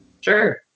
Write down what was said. Sure